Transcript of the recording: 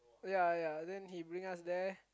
ya ya then he bring us there